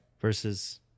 Versus